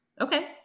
Okay